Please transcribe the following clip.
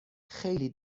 خیلی